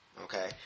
Okay